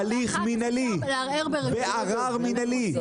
בהליך מנהלי, בערר מנהלי.